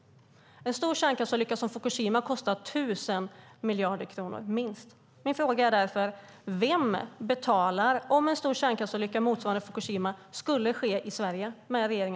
En stor kärnkraftsolycka som Fukushima kostar minst 1 000 miljarder kronor. Min fråga är därför: Vem betalar, med regeringens politik, om en stor kärnkraftsolycka motsvarande Fukushima skulle ske i Sverige?